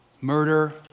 murder